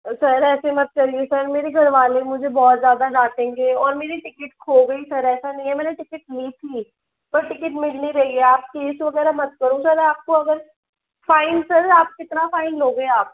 sir ऐसे मत करिए सर मेरे घर वाले मुझे बहुत ज़्यादा डाटेंगे और मेरी टिकट खो गई सर ऐसा नहीं है मैंने टिकट ली थी पर टिकट मिल नहीं रही है आप केस वगैरह मत करो सर आपको अगर फाइन सर आप कितना फाइन लोगे आप